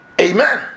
Amen